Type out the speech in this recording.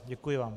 Děkuji vám.